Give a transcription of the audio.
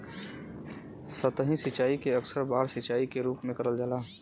सतही सिंचाई के अक्सर बाढ़ सिंचाई के रूप में करल जाला